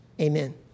amen